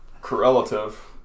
correlative